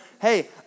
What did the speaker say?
Hey